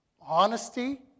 Honesty